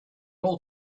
all